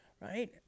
Right